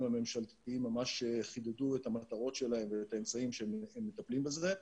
הממשלתיים ממש חידדו את המטרות שלהם ואת האמצעים שבהם הם מטפלים בזה.